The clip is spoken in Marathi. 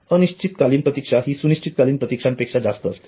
अनिश्चितकालीन प्रतीक्षा हि सुनिश्चितकालीन प्रतीक्षांपेक्षा जास्त असते